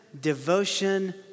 devotion